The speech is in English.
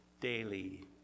daily